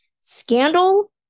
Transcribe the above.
Scandal